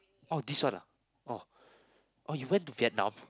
oh this one ah orh orh you went to Vietnam